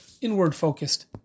inward-focused